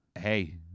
hey